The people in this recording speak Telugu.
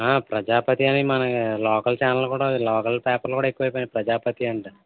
ఆ ప్రజాపతి అని మన లోకల్ ఛానల్ కూడా లోకల్ పేపర్లు కూడా ఎక్కువ అయిపోయాయి ప్రజాపతి అంట